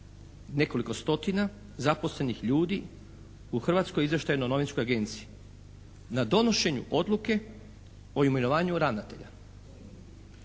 nekoliko stotina zaposlenih ljudi u Hrvatskoj izvještajnoj novinskoj agenciji, na donošenju odluke o imenovanju ravnatelja,